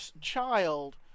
child